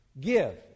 Give